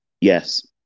Yes